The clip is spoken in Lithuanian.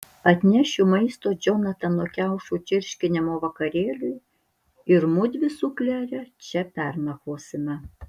atnešiu maisto džonatano kiaušų čirškinimo vakarėliui ir mudvi su klere čia pernakvosime